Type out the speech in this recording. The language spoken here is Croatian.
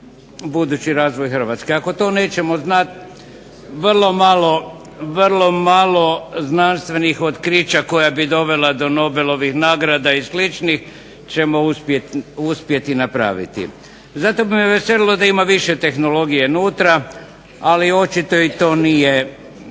budući razvoj Hrvatske. Ako to nećemo znati vrlo malo znanstvenih otkriča koja bi dovela do Nobelovih nagrada i sličnih ćemo uspjeti napraviti. zato bi me veselilo da ima više tehnologije unutra ali očito i to nije